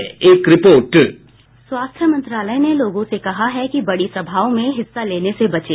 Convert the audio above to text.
bite स्वास्थ्य मंत्रालय ने लोगों से कहा है कि बड़ी समाओं में हिस्सा लेने से बचें